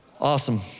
Awesome